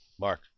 Mark